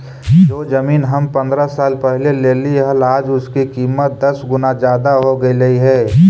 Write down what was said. जो जमीन हम पंद्रह साल पहले लेली हल, आज उसकी कीमत दस गुना जादा हो गेलई हे